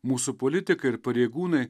mūsų politikai ir pareigūnai